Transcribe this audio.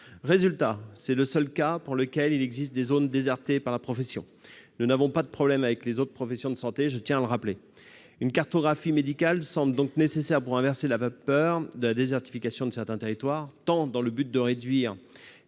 Résultat : des zones sont désertées par la profession. C'est le seul cas ; nous n'avons pas de problème avec les autres professions de santé, je tiens à le rappeler. Une cartographie médicale semble donc nécessaire pour inverser la vapeur de la désertification de certains territoires, dans le but de réduire